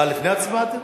לפני ההצבעה?